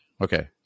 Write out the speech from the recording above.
Okay